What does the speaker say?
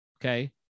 okay